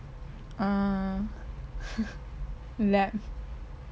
ah lab